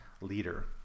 leader